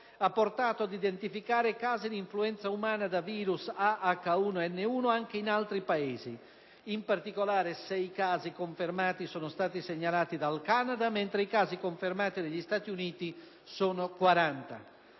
ha portato ad identificare casi di influenza umana da virus A/H1N1 anche in altri Paesi: in particolare 6 casi confermati sono stati segnalati dal Canada, mentre i casi confermati negli USA sono 40.